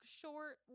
short